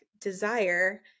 desire